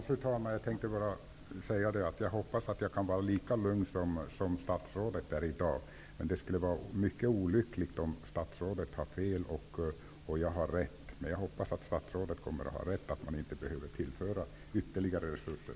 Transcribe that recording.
Fru talman! Jag hoppas att jag kan vara lika lugn som statsrådet är i dag. Det skulle vara olyckligt om statsrådet har fel och jag har rätt. Men jag hoppas att statsrådet har rätt och att det inte kommer att behövas tillföras ytterligare resurser.